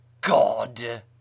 god